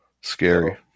scary